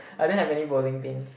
I don't have any bowling pins